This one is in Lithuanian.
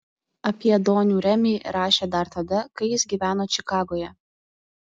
apie donių remį rašė dar tada kai jis gyveno čikagoje